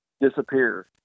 disappear